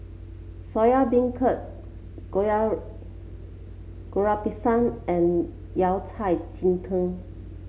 Soya Beancurd Goreng Pisang and Yao Cai Ji Tang